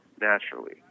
naturally